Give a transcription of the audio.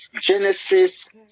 Genesis